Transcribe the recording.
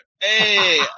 hey